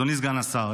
אדוני סגן השרה,